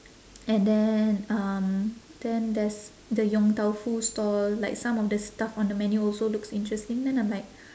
and then um then there's the yong tau foo stall like some of the stuff on the menu also looks interesting then I'm like